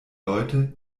leute